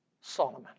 Solomon